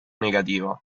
negativa